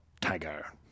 Tiger